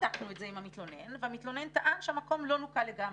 בדקנו את זה עם המתלונן והמתלונן טען שהמקום לא נוקה לגמרי.